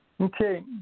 Okay